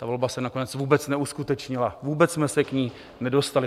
Ta volba se nakonec vůbec neuskutečnila, vůbec jsme se k ní nedostali.